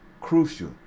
crucial